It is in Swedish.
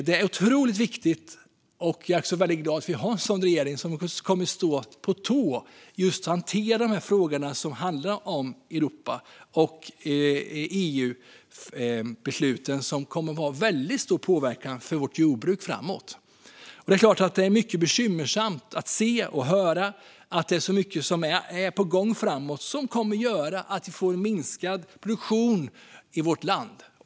Det är otroligt viktigt, och jag är väldigt glad är vi har en regering som kommer att stå på tå för det, att hantera de frågor som handlar om Europa och EU-besluten. Dessa kommer att få väldigt stor påverkan på vårt jordbruk framåt. Det är naturligtvis mycket bekymmersamt att se och höra att det är så mycket på gång framåt som kommer att göra att vi får minskad produktion i vårt land.